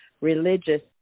religious